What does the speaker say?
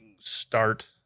start